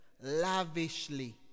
lavishly